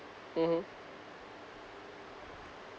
mmhmm